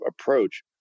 approach